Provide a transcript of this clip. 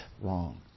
wrong